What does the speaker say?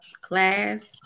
class